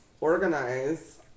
organize